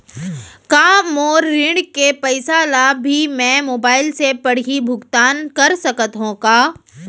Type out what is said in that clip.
का मोर ऋण के पइसा ल भी मैं मोबाइल से पड़ही भुगतान कर सकत हो का?